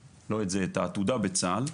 בצה"ל.